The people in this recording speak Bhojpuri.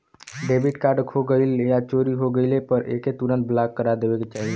डेबिट कार्ड खो गइल या चोरी हो गइले पर एके तुरंत ब्लॉक करा देवे के चाही